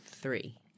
Three